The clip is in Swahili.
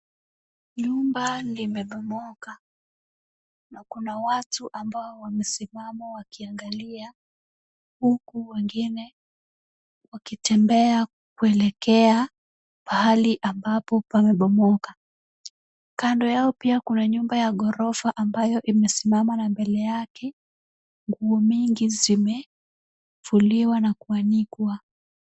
Jumba limebomoka na kuna watu ambao wamesimama wakiangalia huku wengine wakitembea kuelekea pahali ambapo pamebomoka. Kando yao pia kuna nyumba ya ghorofa ambayo imesimama na mbele yake nguo mingi zimefuliwa na kuanikwa.